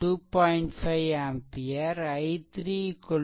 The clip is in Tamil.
5 ஆம்பியர் I3 3